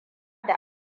da